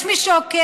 יש מי שעוקב,